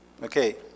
Okay